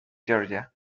georgia